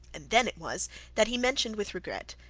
and then it was that he mentioned with regret,